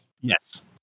Yes